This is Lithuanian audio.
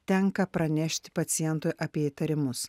tenka pranešti pacientui apie įtarimus